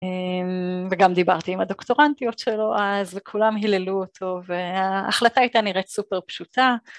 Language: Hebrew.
וגם דיברתי עם הדוקטורנטיות שלו אז וכולם הללו אותו וההחלטה הייתה נראית סופר פשוטה